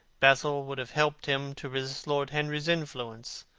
basil would have helped him to resist lord henry's influence,